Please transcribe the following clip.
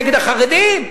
נגד החרדים,